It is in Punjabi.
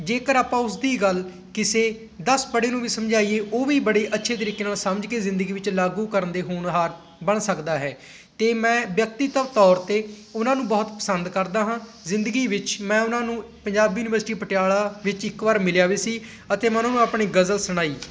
ਜੇਕਰ ਆਪਾਂ ਉਸ ਦੀ ਗੱਲ ਕਿਸੇ ਦਸ ਪੜ੍ਹੇ ਨੂੰ ਵੀ ਸਮਝਾਈਏ ਉਹ ਵੀ ਬੜੇ ਅੱਛੇ ਤਰੀਕੇ ਨਾਲ ਸਮਝ ਕੇ ਜ਼ਿੰਦਗੀ ਵਿੱਚ ਲਾਗੂ ਕਰਨ ਦੇ ਹੋਣਹਾਰ ਬਣ ਸਕਦਾ ਹੈ ਅਤੇ ਮੈਂ ਵਿਅਕਤੀਤਵ ਤੌਰ 'ਤੇ ਉਹਨਾਂ ਨੂੰ ਬਹੁਤ ਪਸੰਦ ਕਰਦਾ ਹਾਂ ਜ਼ਿੰਦਗੀ ਵਿੱਚ ਮੈਂ ਉਹਨਾਂ ਨੂੰ ਪੰਜਾਬੀ ਯੂਨੀਵਰਸਿਟੀ ਪਟਿਆਲਾ ਵਿੱਚ ਇੱਕ ਵਾਰ ਮਿਲਿਆ ਵੀ ਸੀ ਅਤੇ ਮੈਂ ਉਹਨਾਂ ਨੂੰ ਆਪਣੀ ਗਜ਼ਲ ਸੁਣਾਈ